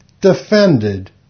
defended